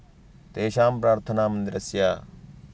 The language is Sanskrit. तेषां प्रार्थनामन्दिरस्य